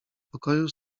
pokoju